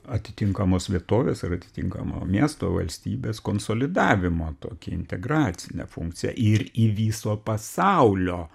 atitinkamos vietovės ar atitinkamo miesto valstybės konsolidavimą tokią integracinę funkciją ir į viso pasaulio